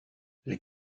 les